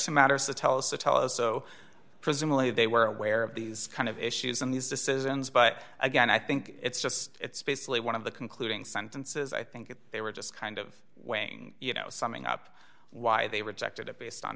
some matters to tell us so tell us so presumably they were aware of these kind of issues and these decisions but again i think it's just it's basically one of the concluding sentences i think that they were just kind of weighing you know summing up why they rejected it based on